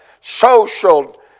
social